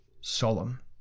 solemn